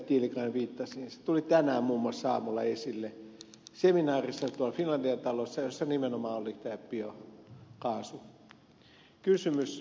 tiilikainen viittasi tuli muun muassa tänään aamulla esille seminaarissa tuolla finlandia talossa ja siellä nimenomaan oli tämä biokaasukysymys liikennepolttoaineena esillä